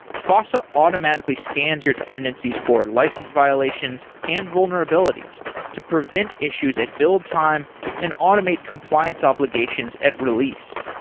fossa automatically scans your dependencies for license violations and vulnerabilities to prevent issues at build time and automate compliance obligations at release.